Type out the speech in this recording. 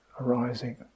arising